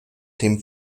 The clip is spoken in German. dem